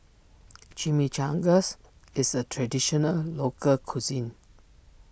Chimichangas is a Traditional Local Cuisine